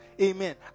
Amen